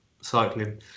cycling